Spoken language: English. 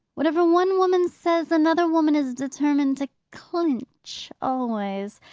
whatever one woman says, another woman is determined to clinch always.